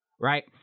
right